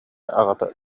аҕата